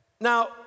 Now